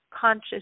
conscious